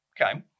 Okay